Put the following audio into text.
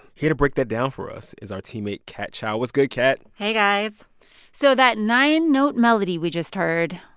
here to break that down for us is our teammate kat chow. what's good, kat? hey, guys so that nine-note melody we just heard,